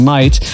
Night